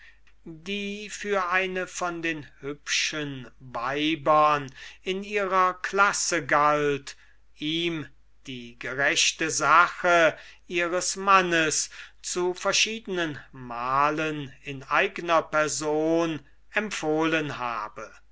die für eine von den hübschen weibern in ihrer classe passierte ihm die gerechte sache ihres mannes zu verschiedenenmalen in eigner person empfohlen habe